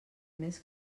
més